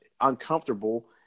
uncomfortable